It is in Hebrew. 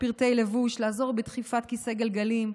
פרטי לבוש ולעזור בדחיפת כיסא גלגלים.